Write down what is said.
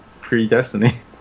pre-Destiny